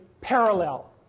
parallel